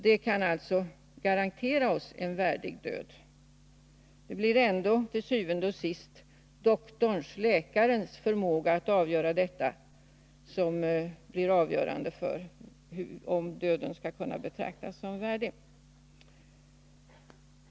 Det kan garantera oss en värdig död. Det blir ändå til syvende og sidst läkarens förmåga att bedöma detta som avgör om döden skall betraktas som värdig.